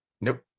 Nope